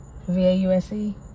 V-A-U-S-E